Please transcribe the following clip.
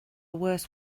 worse